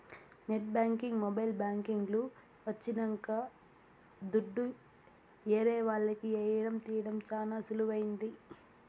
net banking mobile banking లు వచ్చినంక దుడ్డు ఏరే వాళ్లకి ఏయడం తీయడం చానా సులువైంది